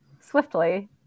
swiftly